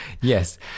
yes